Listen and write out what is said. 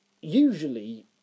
usually